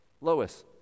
Lois